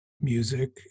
Music